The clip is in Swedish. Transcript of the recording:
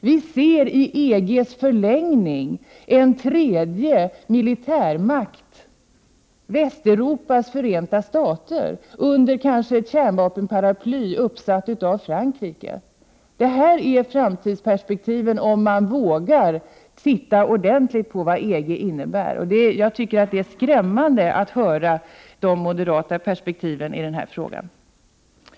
Vi ser i EG:s förlängning en tredje militärmakt, Västeuropas Förenta Stater, kanske under ett kärnvapenparaply uppsatt av Frankrike. Det här är framtidsperspektivet om man vågar titta ordentligt på vad EG innebär. Jag tycker att moderaternas perspektiv i denna fråga är skrämmande.